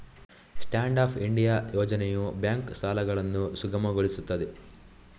stand up India ಯೋಜನೆಯು bank ಸಾಲಗಳನ್ನು ಸುಗಮಗೊಳಿಸುತ್ತದೆ